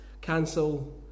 Cancel